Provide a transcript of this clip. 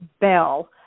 bell